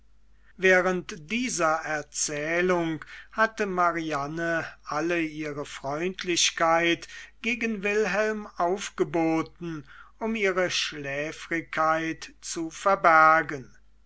während dieser erzählung hatte mariane alle ihre freundlichkeit gegen wilhelm aufgeboten um ihre schläfrigkeit zu verbergen